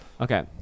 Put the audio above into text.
okay